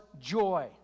joy